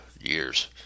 years